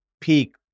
peak